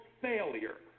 failure